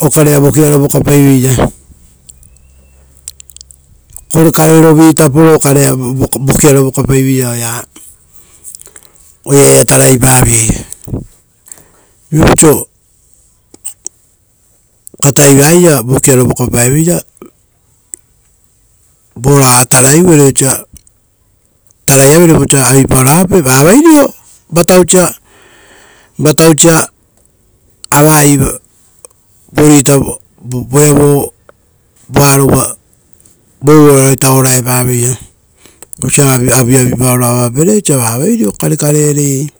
okarea vokiaro voka paiveira. Kore kare rovi taparo okarea vikiaro voka paiveira-oeia tarai pa viei. Viapau oiso kataiva iria vokiaro vokapae veira, vo raga tarai uvere osa tarai avere osa avi paoro avape va vaireo vatausa- vatausa avaii voaritaa voea voaro voarita uva orae paveira vosa avi avi paoro avapere osa vavai reo karekare ereiei.